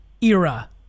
era